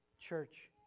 Church